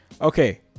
Okay